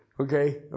Okay